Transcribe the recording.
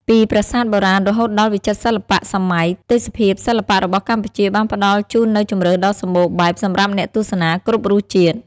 ពីប្រាសាទបុរាណរហូតដល់វិចិត្រសិល្បៈសម័យ ទេសភាពសិល្បៈរបស់កម្ពុជាបានផ្តល់ជូននូវជម្រើសដ៏សម្បូរបែបសម្រាប់អ្នកទស្សនាគ្រប់រសជាតិ។